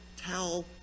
tell